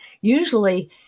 usually